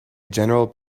general